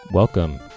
Welcome